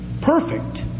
perfect